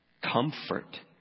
Comfort